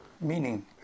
meaning